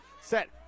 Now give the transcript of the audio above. set